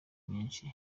nyinshi